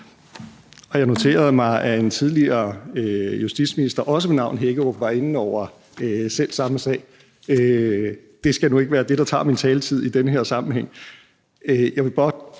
Jeg noterede mig, at en tidligere justitsminister, også ved navn Hækkerup, var inde over selv samme sag. Det skal nu ikke være det, der tager min taletid i den her sammenhæng.